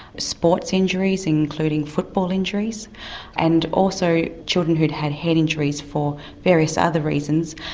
sports injuries including football injuries and also children who'd had head injuries for various other reasons.